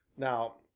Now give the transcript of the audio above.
now,